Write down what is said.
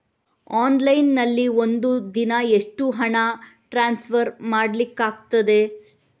Online ನಲ್ಲಿ ಒಂದು ದಿನ ಎಷ್ಟು ಹಣ ಟ್ರಾನ್ಸ್ಫರ್ ಮಾಡ್ಲಿಕ್ಕಾಗ್ತದೆ?